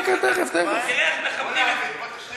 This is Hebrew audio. תראה מה עושים